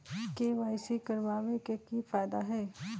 KYC करवाबे के कि फायदा है?